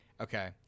okay